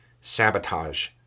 sabotage